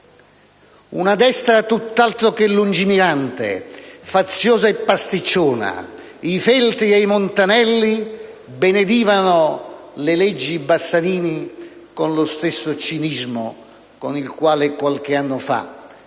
Una destra tutt'altro che lungimirante, faziosa e pasticciona, i Feltri e i Montanelli benedivano le leggi Bassanini con lo stesso cinismo con il quale qualche anno fa Rizzo